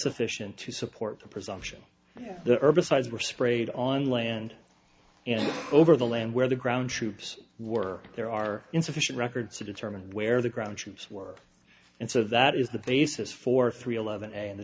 sufficient to support the presumption that the herbicides were sprayed on land and over the land where the ground troops were there are insufficient records to determine where the ground troops were and so that is the basis for three eleven and the